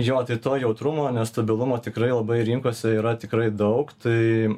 jo tai to jautrumo nestabilumo tikrai labai rinkose yra tikrai daug tai